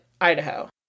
Idaho